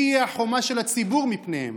מי יהיה החומה של הציבור מפניהם?